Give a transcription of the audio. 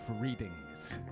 readings